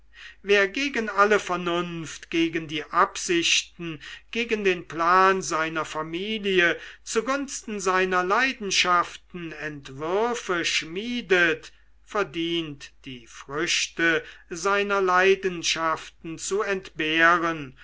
wer gegen alle vernunft gegen die absichten gegen den plan seiner familie zugunsten seiner leidenschaften entwürfe so schmiedet verdient die früchte seiner leidenschaft zu entbehren